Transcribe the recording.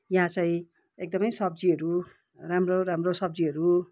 यहाँ चाहिँ एकदमै सब्जीहरू राम्रो राम्रो सब्जीहरू